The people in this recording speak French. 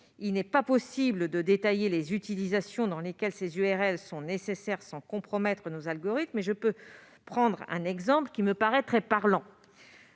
Il ne m'est pas possible de vous détailler les utilisations dans lesquelles ces URL sont nécessaires sans compromettre nos algorithmes, mais je peux néanmoins prendre un exemple qui me paraît très parlant